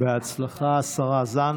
(חותמת על ההצהרה) בהצלחה, השרה זנדברג.